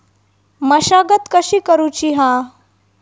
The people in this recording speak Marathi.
मशागत कशी करूची हा?